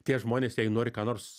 tie žmonės jei nori ką nors